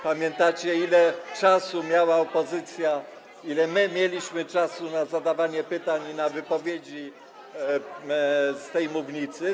Pamiętacie, ile czasu miała opozycja, ile my mieliśmy czasu na zadawanie pytań i na wypowiedzi z tej mównicy?